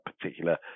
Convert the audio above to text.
particular